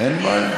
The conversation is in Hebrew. אין בעיה.